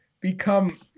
become